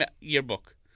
yearbook